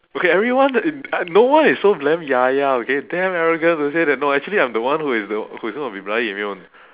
okay everyone no one is so damn yaya okay damn arrogant to say that no actually I'm the one who is the who's gonna be bloody immune